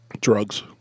drugs